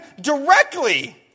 directly